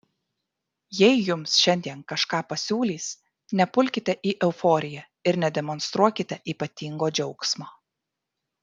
jei jums šiandien kažką pasiūlys nepulkite į euforiją ir nedemonstruokite ypatingo džiaugsmo